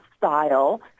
style